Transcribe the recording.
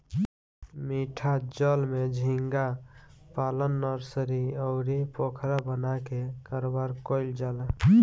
मीठा जल में झींगा पालन नर्सरी, अउरी पोखरा बना के कारोबार कईल जाला